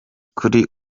kuri